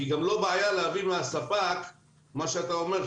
כי גם לא בעיה להביא מהספק מה שאתה אומר,